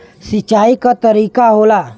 सिंचाई क तरीका होला